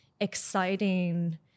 exciting